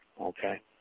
okay